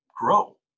grow